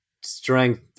strength